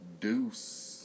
Deuce